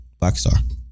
Blackstar